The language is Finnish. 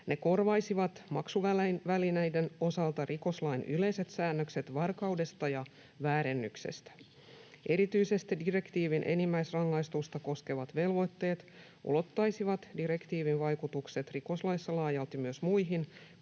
Ne korvaisivat maksuvälineiden osalta rikoslain yleiset säännökset varkaudesta ja väärennyksestä. Erityisesti direktiivin enimmäisrangaistusta koskevat velvoitteet ulottaisivat direktiivin vaikutukset rikoslaissa laajalti myös muihin